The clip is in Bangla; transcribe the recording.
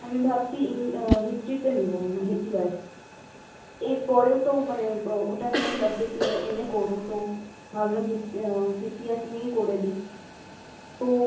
আমি ভাবছি হিস্ট্রিতে নেব মানে ইতিহাস এর পরেও তো মানে ওটা নিয়ে সাবজেক্ট নিয়ে এমএ করব তো ভাবলাম হিস্ট্রি ইতিহাস নিয়েই করে নিই তো